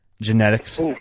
Genetics